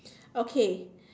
okay